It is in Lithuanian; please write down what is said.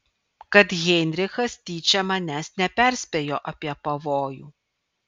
kad heinrichas tyčia manęs neperspėjo apie pavojų